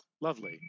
Lovely